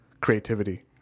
creativity